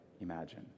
imagine